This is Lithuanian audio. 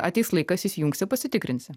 ateis laikas įsijungsi pasitikrinsi